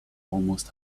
almost